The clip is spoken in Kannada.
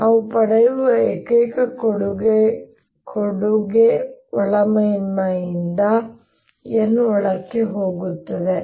ನಾನು ಪಡೆಯುವ ಏಕೈಕ ಕೊಡುಗೆ ಒಳ ಮೇಲ್ಮೈಯಿಂದ ಅಲ್ಲಿ n ಒಳಕ್ಕೆ ಹೋಗುತ್ತದೆ